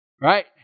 Right